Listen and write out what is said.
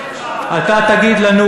אתה תגיד לנו,